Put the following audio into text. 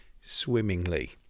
swimmingly